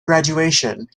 graduation